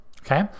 Okay